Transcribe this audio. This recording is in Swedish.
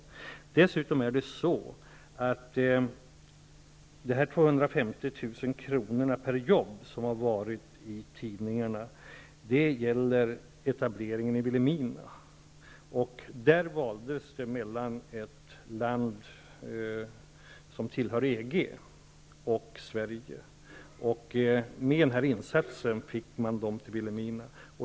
De 250 000 kr. per jobb som det har skrivits om i tidningarna gäller etableringen i Vilhelmina. Valet stod mellan ett land som tillhör EG och Sverige, och med den här insatsen valde man Vilhelmina.